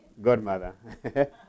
Godmother